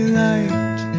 light